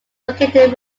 located